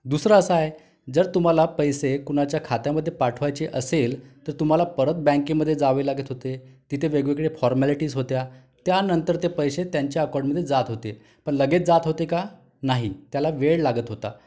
दुसरं असं आहे जर तुम्हाला पैसे कुणाच्या खात्यामध्ये पाठवायचे असेल तर तुम्हाला परत बँकेमध्ये जावे लागत होते वेगवेगळ्या फॉरमॅलिटीज होत्या त्यानंतर ते पैसे त्यांच्या अकाऊंटमध्ये जात होते पण लगेच जात होते का नाही त्याला वेळ लागत होता